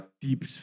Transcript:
deep